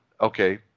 okay